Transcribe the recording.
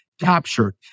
captured